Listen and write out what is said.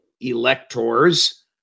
electors